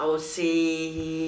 I would say